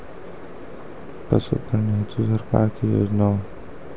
पशुपालन हेतु सरकार की योजना?